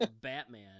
Batman